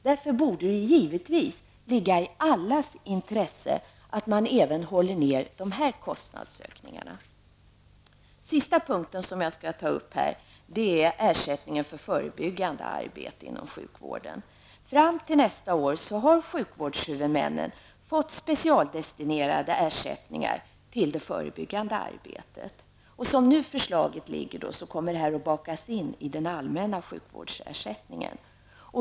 Därför borde det ligga i allas intresse att man håller nere även de här kostnadsökningarna. Den sista punkt som jag här skall ta upp gäller ersättningen för förebyggande arbete inom sjukvården. Fram till nästa år har sjukvårdshuvudmännen fått specialdestinerade ersättningar till det förebyggandet arbetet. Enligt det förslag som nu föreligger kommer dessa ersättningar att bakas in i den allmänna sjukvårdsersättningen.